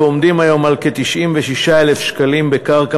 ועומדים היום על כ-96,000 שקלים בקרקע